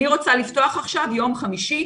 אני רוצה לפתוח עכשיו ביום חמישי,